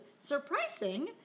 surprising